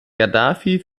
gaddafi